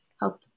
help